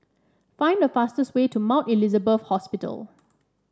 find the fastest way to Mount Elizabeth Hospital